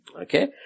Okay